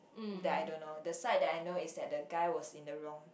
that I don't know the side that I know is that the guy was is in the wrong